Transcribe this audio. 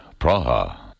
Praha